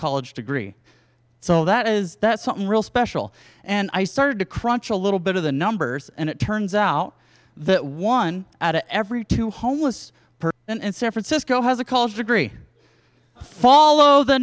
college degree so that is that something really special and i started to crunch a little bit of the numbers and it turns out that one out of every two homeless person in san francisco has a culture degree follow the